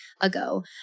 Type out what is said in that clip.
ago